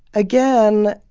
again,